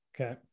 okay